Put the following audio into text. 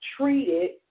treated